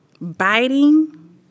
biting